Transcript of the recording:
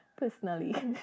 personally